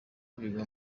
biga